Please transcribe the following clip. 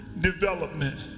development